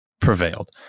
prevailed